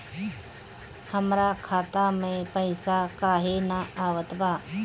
हमरा खाता में पइसा काहे ना आवत बा?